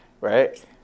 right